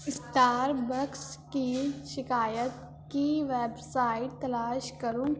star books کی شکایت کی ویب سائٹ تلاش کرو